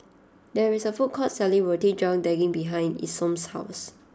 there is a food court selling Roti John Daging behind Isom's house